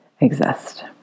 exist